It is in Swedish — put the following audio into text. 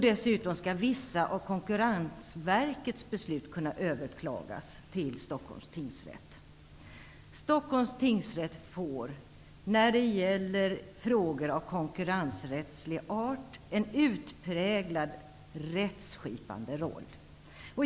Dessutom skall vissa av Konkurrensverkets beslut kunna överklagas till Stockholms tingsrätt. Stockholms tingsrätt får när det gäller frågor av konkurrensrättslig art en utpräglad rättsskipande roll.